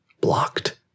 Blocked